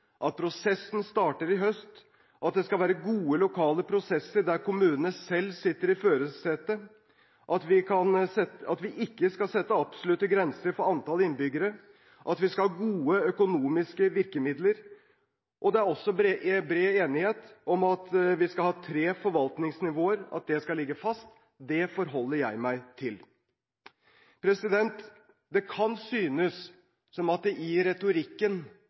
at prosessen starter i høst, at det skal være gode lokale prosesser der kommunene selv sitter i førersetet, at vi ikke skal sette absolutte grenser for antall innbyggere og at vi skal ha gode økonomiske virkemidler. Det er også bred enighet om at det skal ligge fast at vi skal ha tre forvaltningsnivåer. Det forholder jeg meg til. Det kan synes som om det i retorikken